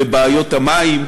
לבעיות המים,